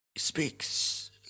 Speaks